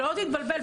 שלא תתבלבל,